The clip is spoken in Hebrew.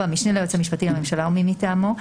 המשנה ליועץ המשפטי לממשלה או מי מטעמו.